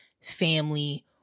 family